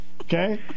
Okay